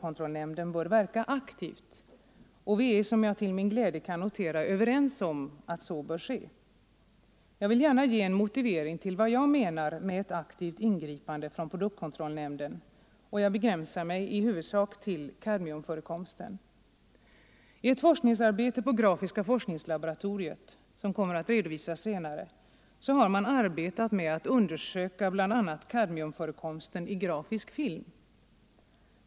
kontrollen av nämnden bör verka aktivt, och vi är som jag till min glädje kan notera hälsooch miljöfaröverens om att så bör ske. Jag vill gärna ge en motivering till vad jag liga ämnen menar med ett aktivt ingripande från produktkontrollnämnden, och jag begränsar mig i huvudsak till kadmiumförekomsten. I ett forskningsarbete på grafiska forskningslaboratoriet, som kommer att redovisas senare, har man arbetat med att undersöka bl.a. kadmiumförekomsten i grafisk film.